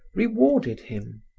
rewarded him.